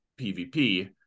pvp